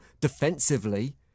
Defensively